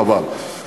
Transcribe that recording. חבל.